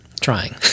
Trying